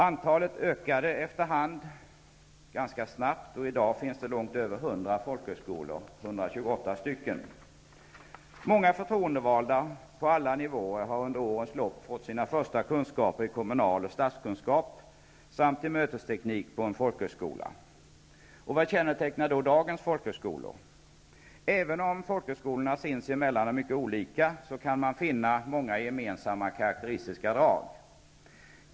Antalet ökade efter hand snabbt, och i dag finns det 128 folkhögskolor. Många förtroendevalda på alla nivåer har under årens lopp fått sina första kunskaper i kommunal och statskunskap samt i mötesteknik på en folkhögskola. Vad kännetecknar då dagens folkhögskolor? Även om folkhögskolorna sinsemellan är mycket olika, kan man finna många gemensamma karakteristiska drag.